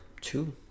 Two